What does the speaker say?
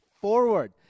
forward